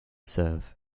serve